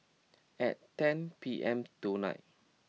at ten P M tonight